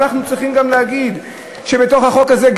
ואנחנו צריכים גם להגיד שבתוך החוק הזה,